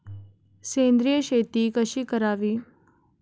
सेंद्रिय शेती कशी करावी?